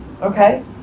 okay